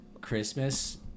Christmas